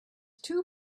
two